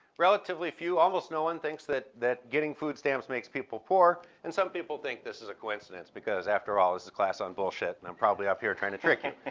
relatively few, almost no one, thinks that that getting food stamps makes people poor. and some people think this is a coincidence because, after all, this is a class on bullshit, and i'm probably up here trying to trick you.